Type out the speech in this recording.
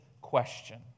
question